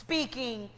Speaking